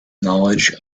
knowledge